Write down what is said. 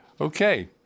okay